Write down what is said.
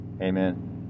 Amen